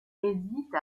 hésite